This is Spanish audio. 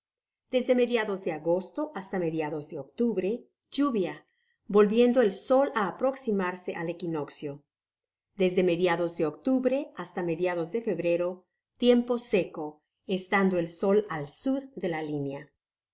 desde mediados de agosto hasta mediados de octubre lluvia volviendo el sol á aproximarse al equinoccio desde mediados de octubre hasta mediados de febrero tiempo seeo estando el sol al sud de la